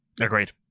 agreed